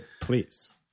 please